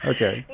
Okay